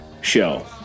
show